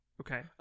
Okay